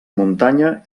muntanya